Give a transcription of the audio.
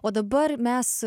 o dabar mes